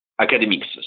academics